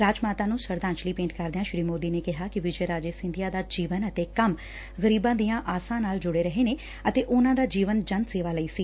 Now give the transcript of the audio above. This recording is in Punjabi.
ਰਾਜ ਮਾਤਾ ਨੂੰ ਸ਼ਰਧਾਂਜਲੀ ਭੇਂਟ ਕਰਦਿਆਂ ਸ੍ੀ ਮੋਦੀ ਨੇ ਕਿਹਾ ਕਿ ਵਿਜੇ ਰਾਜੇ ਸਿੰਧੀਆ ਦਾ ਜੀਵਨ ਅਤੇ ਕੰਮ ਗਰੀਬਾਂ ਦੀਆਂ ਆਸਾਂ ਨਾਲ ਜੁੜੇ ਰਹੇ ਨੇ ਅਤੇ ਉਨੁਾਂ ਦਾ ਜੀਵਨ ਜਨ ਸੇਵਾ ਲਈ ਸੀ